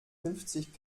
fünfzig